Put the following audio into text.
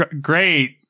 great